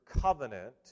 covenant